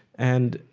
and,